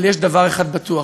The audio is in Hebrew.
אבל יש דבר אחד בטוח: